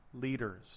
leaders